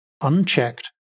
unchecked